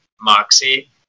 moxie